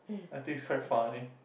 I think it's quite funny